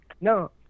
No